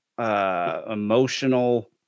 emotional